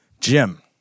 Jim